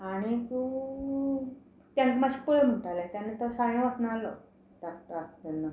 आनीक तांकां मात्शें पळय म्हणटाले तेन्ना तो शाळें वचनाहलो धाकटो आसतना